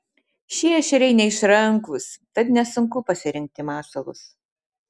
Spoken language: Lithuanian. šie ešeriai neišrankūs tad nesunku pasirinkti masalus